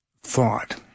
thought